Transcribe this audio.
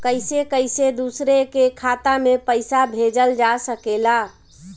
कईसे कईसे दूसरे के खाता में पईसा भेजल जा सकेला?